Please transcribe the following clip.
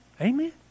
Amen